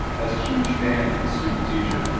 as a huge fan and student-teacher,